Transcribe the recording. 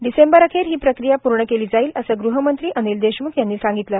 डिसेंबरअखेर ही प्रक्रिया पूर्ण केली जाईल असं गृहमंत्री अनिल देशमुख यांनी सांगितलं